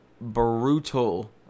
brutal